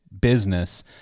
business